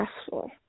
stressful